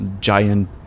giant